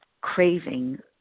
craving